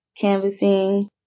canvassing